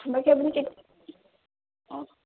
অঁ বাকী আপুনি কেতি অঁ